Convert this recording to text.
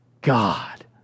God